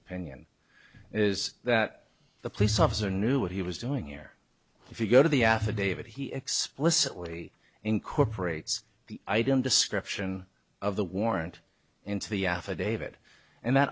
opinion is that the police officer knew what he was doing here if you go to the affidavit he explicitly incorporates the i don't description of the warrant into the affidavit and that